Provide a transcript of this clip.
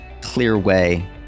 Clearway